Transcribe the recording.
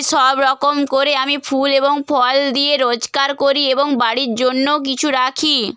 সব রকম করে আমি ফুল এবং ফল দিয়ে রোজগার করি এবং বাড়ির জন্যও কিছু রাখি